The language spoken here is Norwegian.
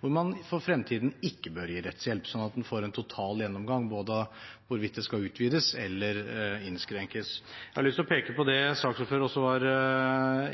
hvor man for fremtiden ikke bør gi rettshjelp, sånn at en får en totalgjennomgang både av hvorvidt det skal utvides, og av hvorvidt det skal innskrenkes. Jeg har lyst til å peke på det saksordføreren også var